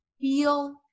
feel